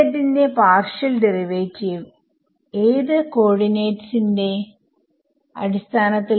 ന്റെ partial derivative ഏത് കോഓർഡിനേറ്റിന്റെ അടിസ്ഥാനത്തിൽ ആണ്